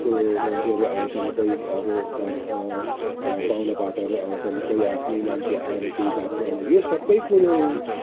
कुरो मान्छेहरू आउँछन् कोही अब घर पाहुना पातहरू आउँछन् कोही आफनै मान्छे आएर केही बात मार्नु यो सबै कुरोहरू